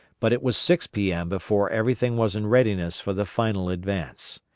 but it was six p m. before everything was in readiness for the final advance.